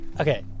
Okay